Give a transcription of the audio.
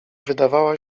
wydawała